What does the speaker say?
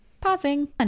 pausing